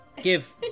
Give